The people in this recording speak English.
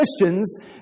Christians